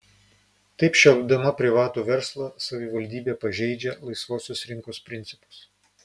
taip šelpdama privatų verslą savivaldybė pažeidžia laisvosios rinkos principus